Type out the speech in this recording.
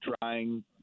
trying